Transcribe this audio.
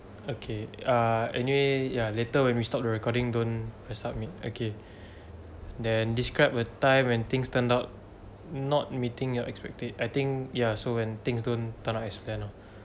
okay uh anyway ya later when we stop the recording don't submit okay then describe a time when things turned out not meeting your expected I think ya so when things don't turn out as planned orh